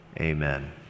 Amen